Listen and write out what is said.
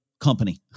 company